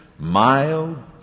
Mild